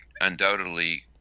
undoubtedly –